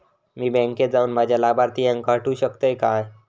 मी बँकेत जाऊन माझ्या लाभारतीयांका हटवू शकतय काय?